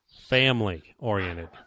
Family-oriented